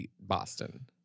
Boston